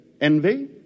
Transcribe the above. Envy